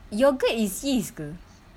yogurt is yeast ke